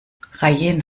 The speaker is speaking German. rayen